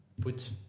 put